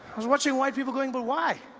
was watching white people going but why?